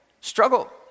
struggle